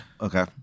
okay